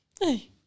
Hey